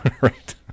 right